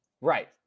Right